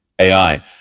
AI